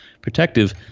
protective